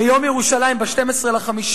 ביום ירושלים, ב-12 במאי: